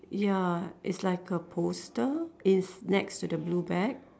ya it's like a poster it's next to the blue bag